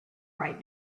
right